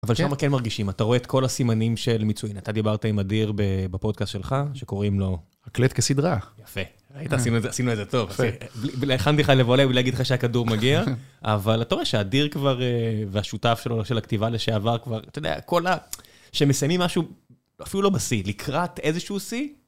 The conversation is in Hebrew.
אבל שלמה כן מרגישים? אתה רואה את כל הסימנים של מצוין. אתה דיברת עם אדיר בפודקאסט שלך, שקוראים לו... אקלט כסדרה. יפה. עשינו איזה טוב. יפה. בלי להכנת איך לבוא עליהם, בלי להגיד לך שהכדור מגיע, אבל אתה רואה שהאדיר כבר, והשותף שלו של הכתיבה לשעבר כבר, אתה יודע, כל ה... שמסיימים משהו אפילו לא בשיא, לקראת איזשהו שיא,